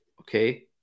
okay